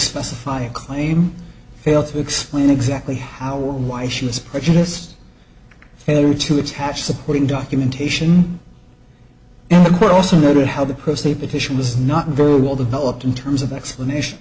specify a claim fail to explain exactly how or why she was prejudiced failure to attach supporting documentation and the court also noted how the post a petition was not very well developed in terms of explanation